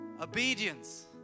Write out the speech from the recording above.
obedience